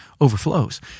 overflows